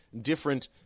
different